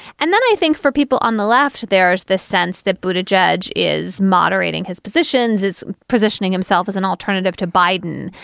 and then i think for people on the left, there's the sense that but adjudge is moderating his positions, is positioning himself as an alternative to biden.